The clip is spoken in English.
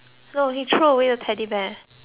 away the teddy bear